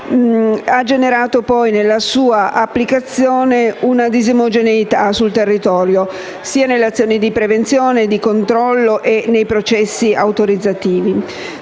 ha generato poi, nella sua applicazione, una disomogeneità sul territorio, sia nelle azioni di prevenzione e di controllo che nei processi autorizzativi.